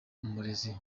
umurezi